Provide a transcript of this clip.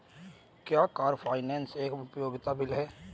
क्या car finance एक उपयोगिता बिल है?